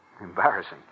Embarrassing